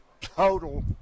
total